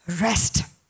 rest